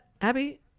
Abby